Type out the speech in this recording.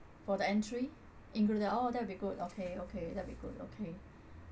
for the entry included oh that will be good okay okay that'll be good good okay